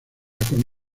con